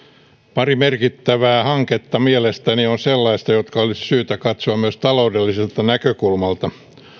pari merkittävää hanketta ovat mielestäni sellaisia jotka olisi syytä katsoa myös taloudelliselta näkökulmalta